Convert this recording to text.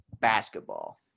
Basketball